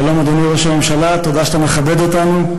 שלום, אדוני ראש הממשלה, תודה שאתה מכבד אותנו.